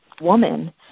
woman